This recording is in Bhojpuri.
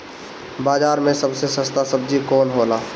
बाजार मे सबसे सस्ता सबजी कौन होला?